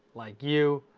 like you,